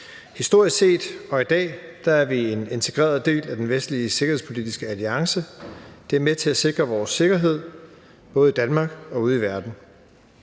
Historisk set og i dag er vi en integreret del af Vestens sikkerhedspolitiske alliance, og det er med til at sikre vores sikkerhed, både i Danmark og ude i verden.